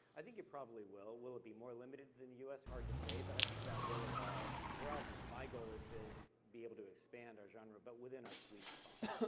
i think you probably will. will it be more limited than the us? hard to say, but i think that will evolve. for us, my goal is to be able to expand our genre, but within our sweet spot.